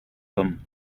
them